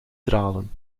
dralen